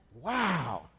Wow